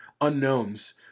unknowns